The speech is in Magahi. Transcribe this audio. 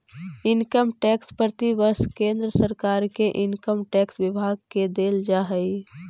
इनकम टैक्स प्रतिवर्ष केंद्र सरकार के इनकम टैक्स विभाग के देल जा हई